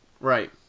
Right